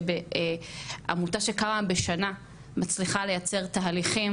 שעמותה שקמה בשנה מצליחה לייצר תהליכים